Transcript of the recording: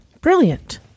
brilliant